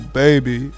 baby